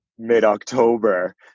mid-october